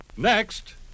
Next